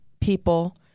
people